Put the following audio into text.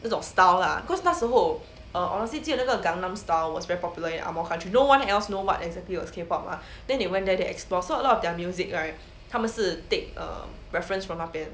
那种 style lah cause 那时候 err honestly 只有那个 gangnam style was very popular in ang moh country no one else know what exactly was K pop lah then they went there to explore so a lot of their music right 他们是 take err reference from 那边